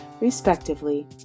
respectively